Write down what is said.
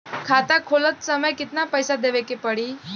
खाता खोलत समय कितना पैसा देवे के पड़ी?